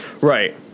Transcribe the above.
Right